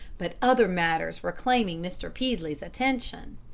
but other matters were claiming mr. peaslee's attention.